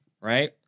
Right